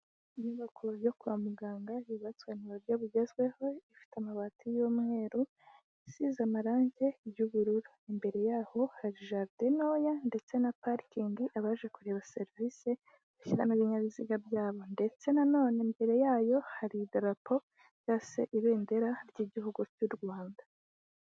Inyubako yo kwa muganga yubatswe mu buryo bugezweho, ifite amabati y'umweru, isize amarange ry'ubururu, imbere yaho hari jaride ntoya ndetse na parikingi abaje kureba serivise bashyiramo ibinyabiziga byabo ndetse na none, imbere yayo hari idarapo cyangwa se ibendera ry'Igihugu cy'u Rwanda.